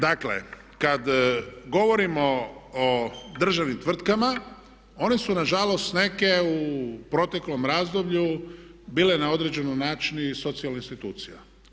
Dakle, kad govorimo o državnim tvrtkama one su nažalost neke u proteklom razdoblju bile na određeni način i socijalna institucija.